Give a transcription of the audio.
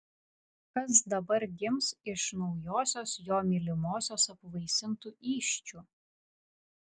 kas dabar gims iš naujosios jo mylimosios apvaisintų įsčių